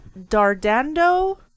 Dardando